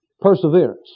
perseverance